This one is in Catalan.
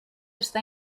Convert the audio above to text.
està